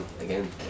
again